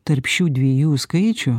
tarp šių dviejų skaičių